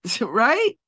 right